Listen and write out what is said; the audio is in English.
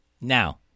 Now